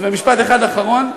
ובמשפט אחד אחרון לגמרי,